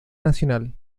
nacional